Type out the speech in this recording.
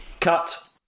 Cut